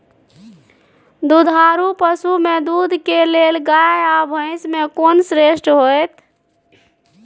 दुधारू पसु में दूध के लेल गाय आ भैंस में कोन श्रेष्ठ होयत?